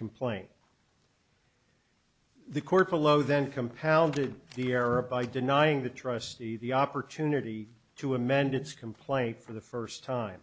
complaint the court below then compounded the error by denying the trustee the opportunity to amend its complaint for the first time